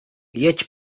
jedź